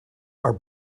are